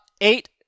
eight